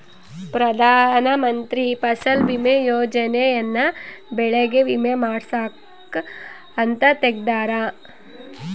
ಪ್ರಧಾನ ಮಂತ್ರಿ ಫಸಲ್ ಬಿಮಾ ಯೋಜನೆ ಯನ್ನ ಬೆಳೆಗೆ ವಿಮೆ ಮಾಡ್ಸಾಕ್ ಅಂತ ತೆಗ್ದಾರ